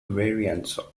variants